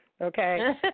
Okay